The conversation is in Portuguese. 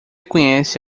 conhece